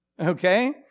okay